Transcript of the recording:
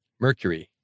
Mercury